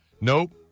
Nope